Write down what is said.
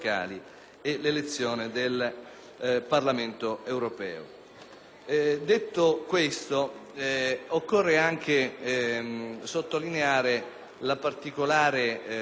europeo. Occorre anche sottolineare la particolare attenzione che il Parlamento nazionale dovrà